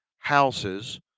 houses